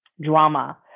drama